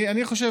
אני חושב,